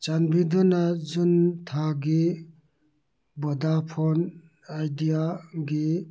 ꯆꯥꯟꯕꯤꯗꯨꯅ ꯖꯨꯟ ꯊꯥꯒꯤ ꯕꯣꯗꯥꯐꯣꯟ ꯑꯥꯏꯗꯤꯌꯥꯒꯤ